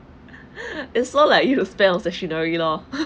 its not like you have spent on stationery lor